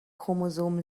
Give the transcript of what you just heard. chromosom